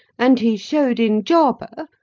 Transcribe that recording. and he showed in jarber,